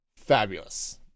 Fabulous